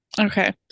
Okay